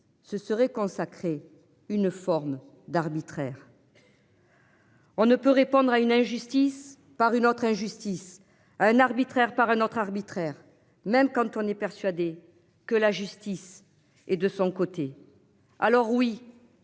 ce serait consacrer une forme d'arbitraire. On ne peut répondre à une injustice par une autre injustice un arbitraire par un autre arbitraire, même quand on est persuadé que la justice et de son côté. Alors oui.